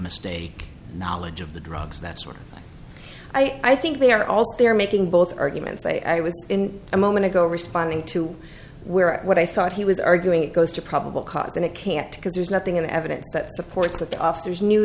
mistake knowledge of the drugs that's what i think they are also they are making both arguments i was in a moment ago responding to where what i thought he was arguing it goes to probable cause that it can't because there's nothing in the evidence that supports that the officers knew